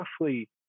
roughly